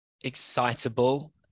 excitable